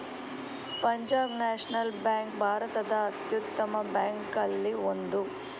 Punjab National Bank ಭಾರತದ ಅತ್ಯುತ್ತಮ ಬ್ಯಾಂಕಲ್ಲಿ ಒಂದು